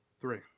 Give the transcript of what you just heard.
Three